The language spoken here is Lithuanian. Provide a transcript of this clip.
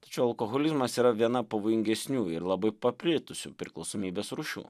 tačiau alkoholizmas yra viena pavojingesnių ir labai paplitusių priklausomybės rūšių